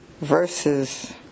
verses